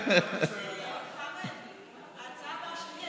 קודם כול, כל מה שהוא אומר,